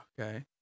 Okay